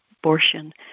abortion